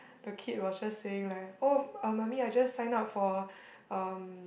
the kid was just saying like oh uh mummy I just sign up for um